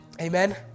Amen